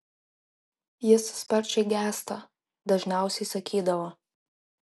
jis sparčiai gęsta dažniausiai sakydavo